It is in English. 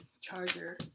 charger